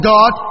God